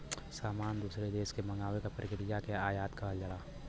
सामान दूसरे देश से मंगावे क प्रक्रिया के आयात कहल जाला